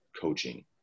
coaching